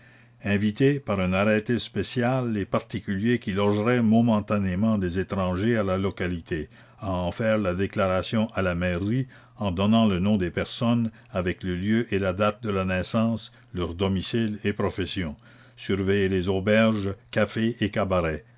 inviter par un arrêté spécial les particuliers qui logeraient momentanément des étrangers à la localité à en faire la déclaration à la mairie en donnant le nom des personnes avec le lieu et la date de la naissance leur domicile et profession surveiller les auberges cafés et cabarets